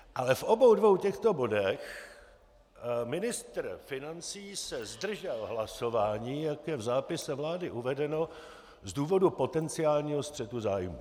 Ale v obou dvou těchto bodech ministr financí se zdržel hlasování, jak je v zápise vlády uvedeno, z důvodu potenciálního střetu zájmů.